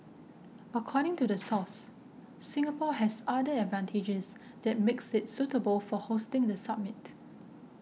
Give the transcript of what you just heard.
according to the source Singapore has other advantages that makes it suitable for hosting the summit